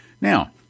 Now